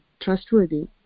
trustworthy